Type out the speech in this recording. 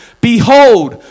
Behold